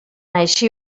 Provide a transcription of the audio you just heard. així